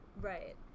Right